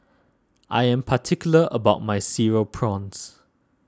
I am particular about my Cereal Prawns